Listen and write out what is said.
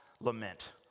lament